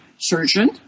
surgeon